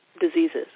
diseases